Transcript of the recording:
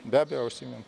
be abejo užsiimam